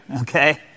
Okay